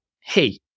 hey